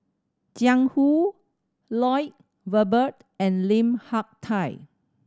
Jiang Hu Lloyd Valberg and Lim Hak Tai